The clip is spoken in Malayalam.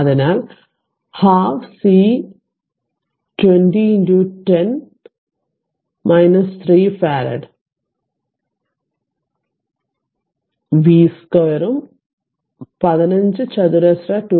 അതിനാൽ പകുതി സി പവറിന് 20 10 ആണ് 3 ഫറാഡും വി 0 സ്ക്വയറും അതിനാൽ 15 ചതുരശ്ര 2